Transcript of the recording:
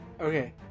Okay